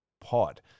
Pod